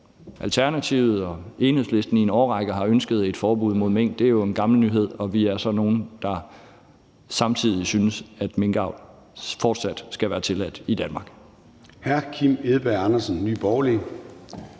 Alternativet og Enhedslisten i en årrække har ønsket et forbud mod mink, er jo en gammel nyhed. Og vi er så nogle, der samtidig synes, at minkavl fortsat skal være tilladt i Danmark.